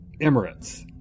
Emirates